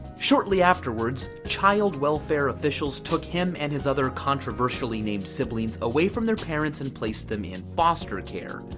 shortly afterwards child welfare officials took him and his other controversially named siblings away from their parents and place them in foster care,